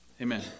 Amen